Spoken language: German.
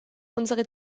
unsere